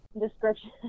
description